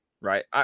right